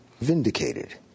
Vindicated